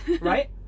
Right